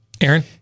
Aaron